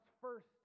first